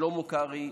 שלמה קרעי,